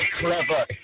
clever